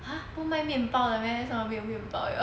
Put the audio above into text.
!huh! 不卖面包的 meh 为什么没有面包的